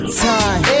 time